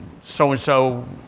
so-and-so